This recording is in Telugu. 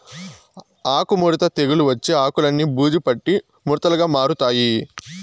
ఆకు ముడత తెగులు వచ్చి ఆకులన్ని బూజు పట్టి ముడతలుగా మారతాయి